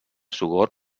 sogorb